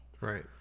Right